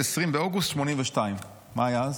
20 באוגוסט 1982." מה היה אז?